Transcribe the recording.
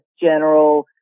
general